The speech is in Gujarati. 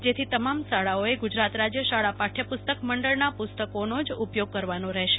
જેથી તમામ શાળાઓએ ગુજરાત રાજ્ય શાળા પાઠ્યપુસ્તક મંડળના પુસ્તકોનો જ ઉપયોગ કરવાનો રહેશે